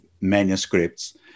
manuscripts